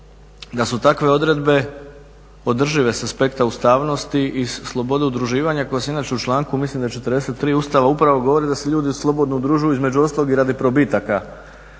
da su takve odredbe održive sa aspekta ustavnosti i slobode udruživanja koja se inače u članku, mislim da je 43. Ustava upravo govori da se ljudi slobodno udružuju između ostalog i radi probitaka